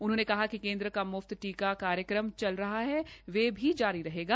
उन्होंने कहा कि केन्द्र का मुफ्त टीका कार्यक्रम चल रहा है वह भी जारी रहेगा